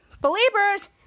believers